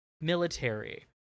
military